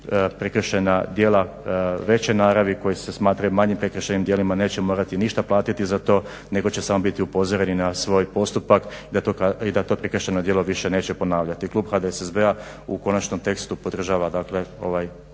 prekršajna djela veće naravi koji se smatraju manjim prekršajnim djelima neće morati ništa platiti za to nego će samo biti upozoreni na svoj postupak i da to prekršajno djelo više neće ponavljati. Klub HDSSB-a u konačnom tekstu podržava dakle